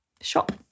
shop